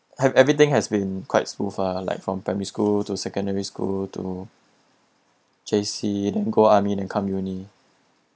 I have everything has been quite smooth ah like from primary school to secondary school to J_C then go army then come uni